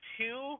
two